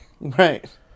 right